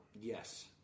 yes